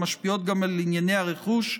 המשפיעות גם על עניני הרכוש,